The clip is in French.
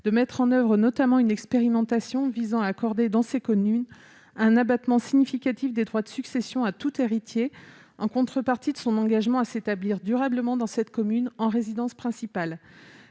de mettre en oeuvre une expérimentation visant à accorder dans ces communes un abattement significatif des droits de succession à tout héritier, en contrepartie de son engagement à s'établir durablement dans la commune au titre de sa résidence principale.